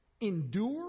endure